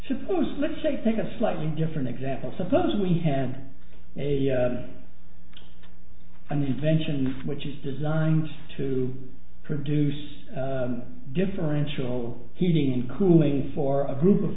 so let's say take a slightly different example suppose we had a an invention which is designed to produce differential heating and cooling for a group of